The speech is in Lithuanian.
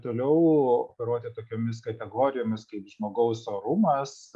toliau rodyti tokiomis kategorijomis kaip žmogaus orumas